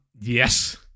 Yes